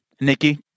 Nikki